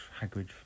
Hagrid